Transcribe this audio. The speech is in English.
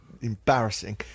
embarrassing